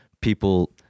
people